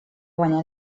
guanyar